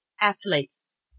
athletes